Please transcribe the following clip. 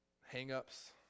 hang-ups